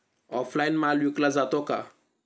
Online माल विकला जातो का?